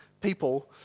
people